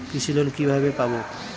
কৃষি লোন কিভাবে পাব?